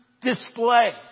display